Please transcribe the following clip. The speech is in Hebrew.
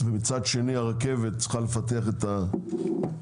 מצד שני הרכבת צריכה לפתח את הרכבת